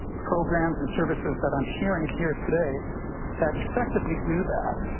programs and services that i'm hearing here today that effectively do that,